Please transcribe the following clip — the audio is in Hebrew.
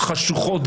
חשוכות,